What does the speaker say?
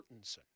Mortensen